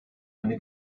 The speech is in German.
eine